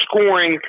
scoring